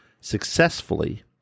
successfully